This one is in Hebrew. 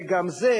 וגם זה,